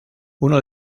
uno